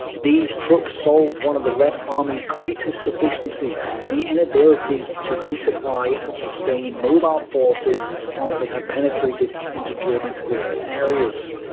these trucks solved one of the red army's greatest deficiencies the inability to resupply and sustain mobile forces once they had penetrated into german rear areas.